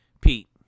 Pete